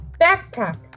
Backpack